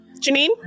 Janine